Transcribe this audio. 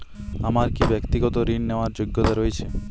আমার কী ব্যাক্তিগত ঋণ নেওয়ার যোগ্যতা রয়েছে?